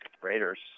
Raiders